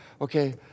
Okay